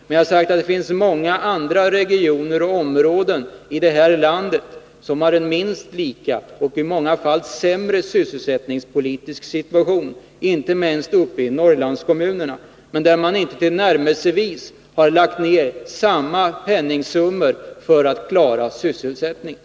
Men jag har sagt att det finns många andra regioner och områden i detta land som har en minst lika dålig och i många fall sämre sysselsättningspolitisk situation, inte minst Norrlandskommunerna. Men där har det inte lagts ner tillnärmelsevis så stora penningsummor för att klara sysselsättningen.